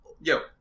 Yo